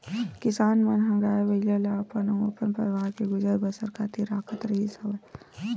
किसान मन ह गाय, बइला ल अपन अउ अपन परवार के गुजर बसर खातिर राखत रिहिस हवन